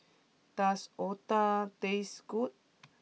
does Otah taste good